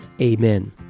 Amen